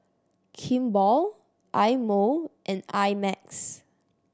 Kimball Eye Mo and I Max